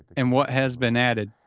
and what has been added.